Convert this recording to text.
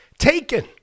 taken